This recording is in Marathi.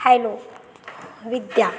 हॅलो विद्या